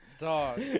dog